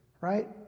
right